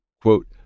Quote